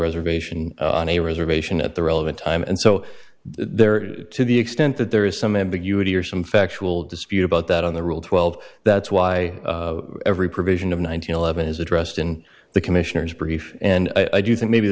reservation on a reservation at the relevant time and so there to the extent that there is some ambiguity or some factual dispute about that on the rule twelve that's why every provision of one thousand eleven is addressed in the commissioner's brief and i do think maybe